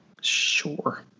Sure